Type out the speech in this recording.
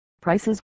prices